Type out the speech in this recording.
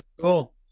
cool